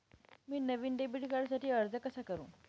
मी नवीन डेबिट कार्डसाठी अर्ज कसा करु?